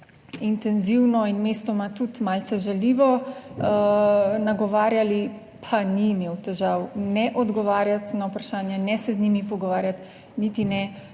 intenzivno in mestoma tudi malce žaljivo nagovarjali, pa ni imel težav ne odgovarjati na vprašanja, ne se z njimi pogovarjati, niti ne